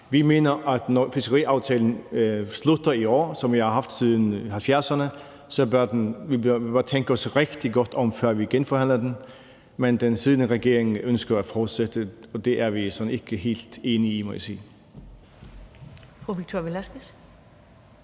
Vi mener, at når fiskeriaftalen, som vi har haft siden 1970'erne, slutter i år, så bør vi tænke os rigtig godt om, før vi genforhandler den. Men den siddende regering ønsker at fortsætte den, og det er vi sådan ikke helt enige i, må jeg sige.